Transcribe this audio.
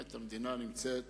המדינה נמצאת